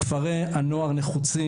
'כפרי הנוער נחוצים,